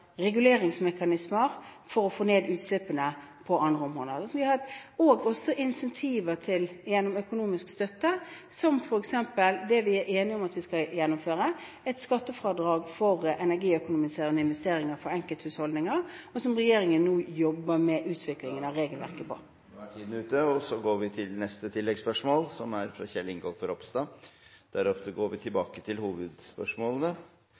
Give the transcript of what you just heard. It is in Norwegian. reguleringsmekanismer – for å få ned utslippene på andre områder. Vi har også incentiver gjennom økonomisk støtte, som f.eks. det vi er enige om at vi skal gjennomføre, et skattefradrag for energiøkonomiserende investeringer for enkelthusholdninger, og som regjeringen nå jobber med å utvikle reglene for. Kjell Ingolf Ropstad – til oppfølgingsspørsmål. Først: Jeg håper det har vært en forsnakkelse fra